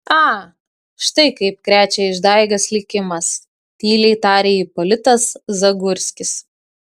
a štai kaip krečia išdaigas likimas tyliai tarė ipolitas zagurskis